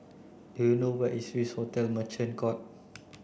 do you know where is Swissotel Merchant Court